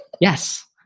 Yes